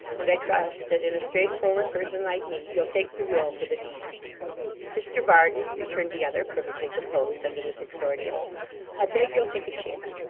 and i trust that in a straightforward person like me, you'll take the will for the deed mr varden returned the other, perfectly composed under this exordium i beg you'll take a chair.